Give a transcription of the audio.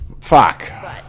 Fuck